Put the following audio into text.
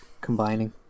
combining